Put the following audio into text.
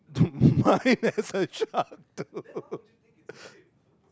mine has a shark too